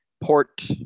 Port